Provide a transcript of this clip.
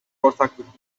ortaklık